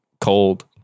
cold